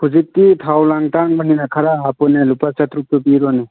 ꯍꯧꯖꯤꯛꯇꯤ ꯊꯥꯎ ꯂꯥꯡ ꯇꯥꯡꯕꯅꯤꯅ ꯈꯔ ꯍꯥꯞꯄꯨꯅꯦ ꯂꯨꯄꯥ ꯆꯥꯇꯔꯨꯛꯇꯣ ꯄꯤꯔꯣꯅꯦ